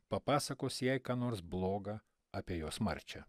papasakos jai ką nors bloga apie jos marčią